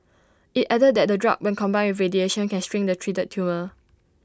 IT added that the drug when combined radiation can shrink the treated tumour